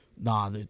nah